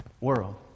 world